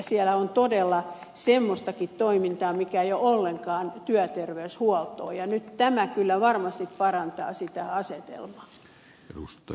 siellä on todella semmoistakin toimintaa mikä ei ole ollenkaan työterveyshuoltoa ja nyt tämä kyllä varmasti parantaa sitä asetelmaa